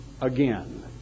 again